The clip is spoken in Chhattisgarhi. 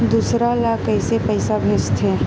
दूसरा ला कइसे पईसा भेजथे?